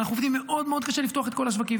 ואנחנו עובדים מאוד מאוד קשה לפתוח את כל השווקים.